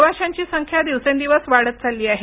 प्रवाशांची संख्या दिवसेंदिवस वाढत चालली आहे